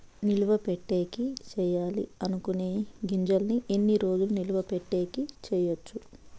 నిలువ పెట్టేకి సేయాలి అనుకునే గింజల్ని ఎన్ని రోజులు నిలువ పెట్టేకి చేయొచ్చు